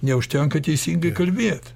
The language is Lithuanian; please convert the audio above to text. neužtenka teisingai kalbėt